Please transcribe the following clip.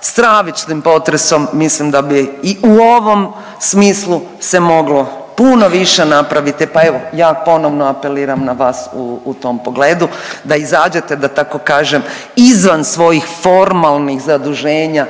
stravičnim potresom mislim da bi i u ovom smislu se moglo puno više napraviti, pa evo ja ponovno apeliram na vas u tom pogledu, da izađete, da tako kažem izvan svojih formalnih zaduženja